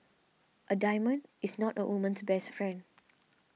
a diamond is not a woman's best friend